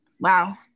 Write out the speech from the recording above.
Wow